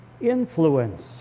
influence